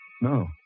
No